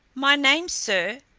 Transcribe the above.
my name, sir,